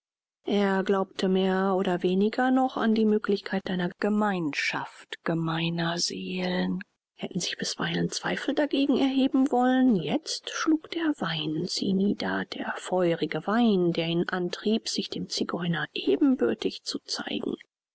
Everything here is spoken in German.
er glaubte mehr oder weniger noch an die möglichkeit einer gemeinschaft gemeiner seelen hatten sich bisweilen zweifel dagegen erheben wollen jetzt schlug der wein sie nieder der feurige wein der ihn antrieb sich dem zigeuner ebenbürtig zu zeigen